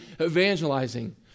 evangelizing